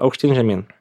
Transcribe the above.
aukštyn žemyn